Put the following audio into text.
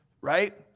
right